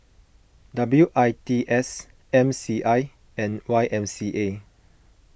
W I T S M C I and Y M C A